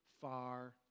far